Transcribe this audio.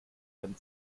ihren